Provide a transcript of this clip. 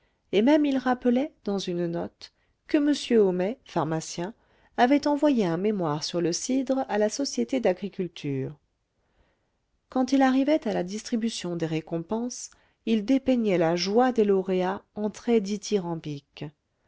et même il rappelait dans une note que m homais pharmacien avait envoyé un mémoire sur le cidre à la société d'agriculture quand il arrivait à la distribution des récompenses il dépeignait la joie des lauréats en traits dithyrambiques